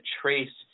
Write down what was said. trace